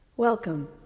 Welcome